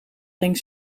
ging